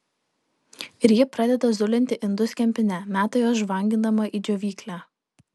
ir ji pradeda zulinti indus kempine meta juos žvangindama į džiovyklę